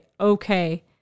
okay